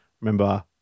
remember